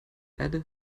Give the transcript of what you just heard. erde